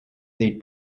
they